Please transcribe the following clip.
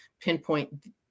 pinpoint